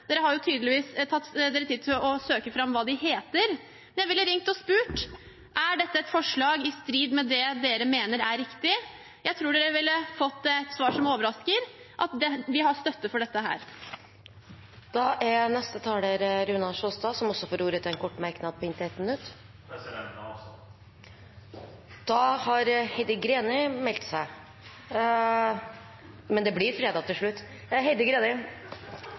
Dere har tydeligvis tatt dere tid til å søke fram hva de heter. Jeg ville ringt og spurt: Er dette et forslag i strid med det dere mener er riktig? Jeg tror dere ville fått et svar som overrasker – at vi har støtte for dette. Statsråden beskyldte Vedum for å svare på noe helt annet enn det det ble spurt om. Da skal jeg prøve å gjenta spørsmålet mitt, som jeg ikke har